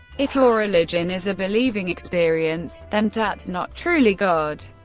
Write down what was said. if your religion is a believing experience then that's not truly god.